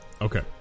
Okay